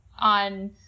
on